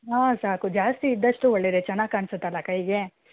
ಹಾಂ ಸಾಕು ಜಾಸ್ತಿ ಇದ್ದಷ್ಟು ಒಳ್ಳೆಯದೆ ಚೆನ್ನಾಗಿ ಕಾಣಿಸುತ್ತಲ್ಲ ಕೈಗೆ